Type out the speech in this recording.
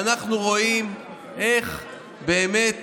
ואנחנו רואים איך באמת